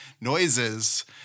noises